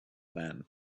van